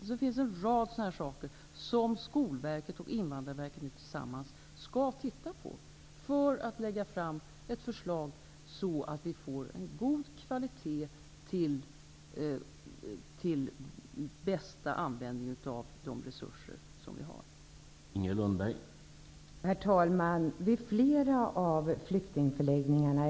Det finns alltså en rad sådana saker som Skolverket och Invandrarverket tillsammans skall titta på för att lägga fram ett förslag som ger oss en god kvalitet och använder de resurser vi har på bästa sätt.